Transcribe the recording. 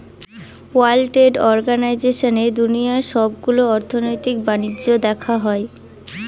world trade অর্গানাইজেশনে দুনিয়ার সবগুলো অর্থনৈতিক বাণিজ্য দেখা হয়